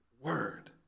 word